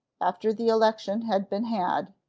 after the election had been had,